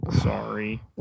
Sorry